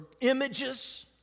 images